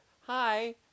hi